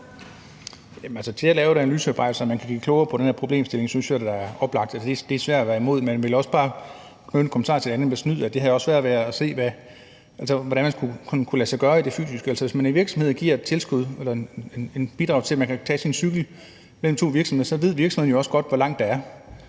At lave et analysearbejde, så man kan blive klogere på den her problemstilling, synes jeg da er oplagt. Altså, det er svært at være imod. Men jeg vil også knytte en kommentar til det andet med snyd, nemlig at det har jeg også svært ved at se hvordan skulle kunne lade sig gøre rent fysisk. Altså, hvis man som virksomhed giver et tilskud eller et bidrag til, at man kan tage sin cykel mellem to virksomheder, så ved virksomhederne jo også godt, hvor langt der er.